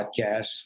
podcast